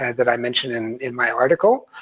and that i mentioned in in my article,